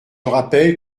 rappelle